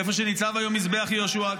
איפה שנמצא היום מזבח יהושע,